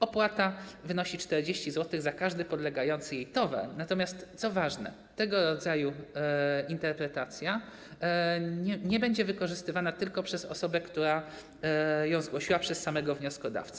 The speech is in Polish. Opłata wynosi 40 zł za każdy podlegający jej towar, natomiast co ważne, tego rodzaju interpretacja nie będzie wykorzystywana tylko przez osobę, która ją zgłosiła, przez samego wnioskodawcę.